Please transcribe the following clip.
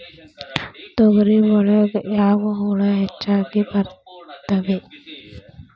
ತೊಗರಿ ಒಳಗ ಯಾವ ಹುಳ ಹೆಚ್ಚಾಗಿ ಬರ್ತವೆ?